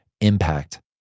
impact